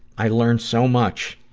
i learn so much.